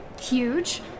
huge